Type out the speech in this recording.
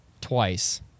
twice